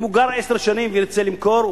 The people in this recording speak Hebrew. אם הוא גר עשר שנים ורוצה למכור,